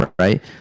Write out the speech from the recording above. right